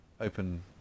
open